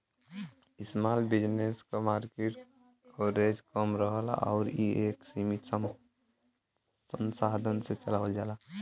small business क market coverage कम रहला आउर इ एक सीमित संसाधन से चलावल जाला